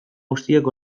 guztiak